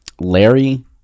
Larry